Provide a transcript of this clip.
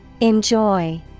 Enjoy